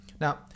Now